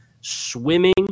swimming